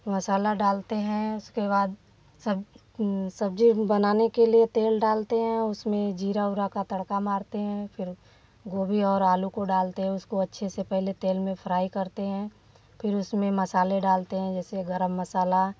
मसाला डालते हैं उसके बाद सब सब्ज़ी बनाने के लिए तेल डालते हैं उसमें जीरा उरा का तड़का मारते हैं फिर गोभी और आलू को डालते हैं उसको अच्छे से पहले तेल में फ्राई करते हैं फिर उसमें मसाले डालते हैं जैसे गर्म मसाला